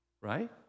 right